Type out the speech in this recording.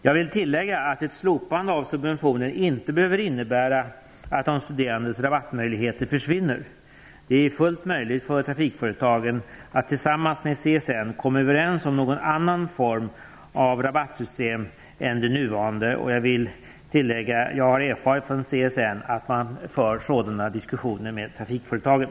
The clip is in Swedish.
Jag vill tillägga att ett slopande av subventionen inte behöver innebära att de studerandes rabattmöjligheter försvinner. Det är fullt möjligt för trafikföretagen att tillsammans med CSN komma överens om någon annan form av rabattsystem än det nuvarande. Jag vill tillfoga att jag har erfarit från CSN att man för sådana diskussioner med trafikföretagen.